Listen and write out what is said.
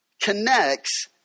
connects